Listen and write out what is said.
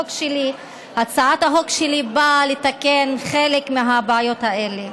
הצעת החוק שלי, באה לתקן חלק מהבעיות האלה.